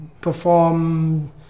perform